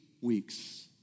weeks